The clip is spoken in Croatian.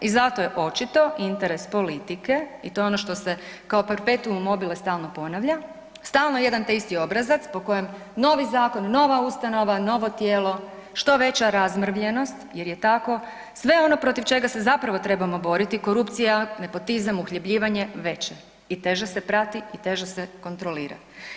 I zato je očito i interes politike i to je ono što se kao perpetuum mobile stalno ponavlja, stalno jedan te isti obrazac po kojem novi zakon, nova ustanova, novo tijelo, što veća razmrvljenost jer je tako sve ono protiv čega se zapravo trebamo boriti korupcija, nepotizam, uhljebljivanje veće i teže se prati i teže se kontrolira.